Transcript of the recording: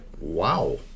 Wow